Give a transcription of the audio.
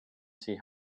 see